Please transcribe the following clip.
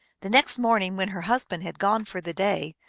the next morning, when her husband had gone for the day,